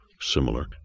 similar